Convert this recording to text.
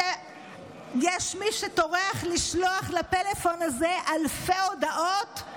יש מי שטורח לשלוח לפלאפון הזה אלפי הודעות: